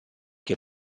che